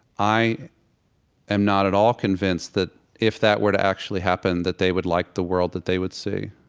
i am not at all convinced that if that were to actually happen that they would like the world that they would see